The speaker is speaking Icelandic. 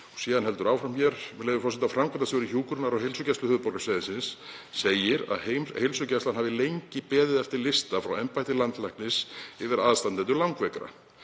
Síðan heldur áfram hér, með leyfi forseta: „Framkvæmdastjóri hjúkrunar á Heilsugæslu höfuðborgarsvæðisins segir að heilsugæslan hafi lengi beðið eftir lista frá embætti landlæknis yfir aðstandendur langveikra.